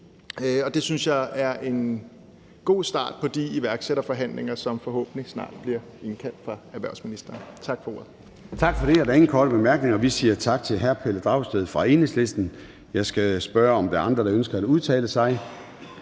jeg er en god start på de iværksætterforhandlinger, som der forhåbentlig snart bliver indkaldt til af erhvervsministeren. Tak for ordet. Kl. 09:59 Formanden (Søren Gade): Tak for det. Der er ingen korte bemærkninger, så vi siger tak til hr. Pelle Dragsted fra Enhedslisten. Jeg skal spørge, om der er andre, der ønsker at udtale sig.